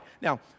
Now